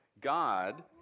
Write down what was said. God